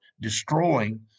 destroying